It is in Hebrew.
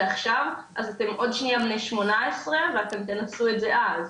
עכשיו אז אתם עוד שנייה בני 18 ואתם תנסו את זה אז,